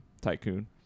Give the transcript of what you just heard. tycoon